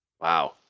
wow